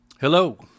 Hello